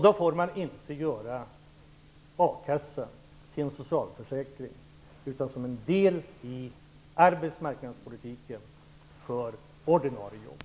Då får man inte göra akassan till en socialförsäkring, utan den skall vara en del i arbetsmarknadspolitiken för ordinarie jobb.